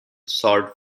sword